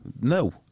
no